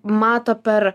mato per